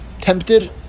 tempted